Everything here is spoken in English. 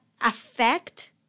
affect